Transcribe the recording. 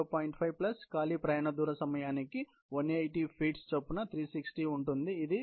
5 plus ఖాళీ ప్రయాణ దూరం నిమిషానికి 180 అడుగుల చొప్పున 360 ఉంటుంది ఇది 2 నిమిషాలు